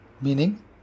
Meaning